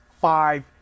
five